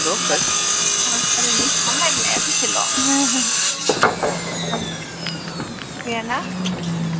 अ ओरैनो इसेबां टाइम लाया दसेल' ओं ओम दे ना ओम